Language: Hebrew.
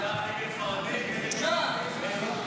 בבקשה.